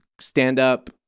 stand-up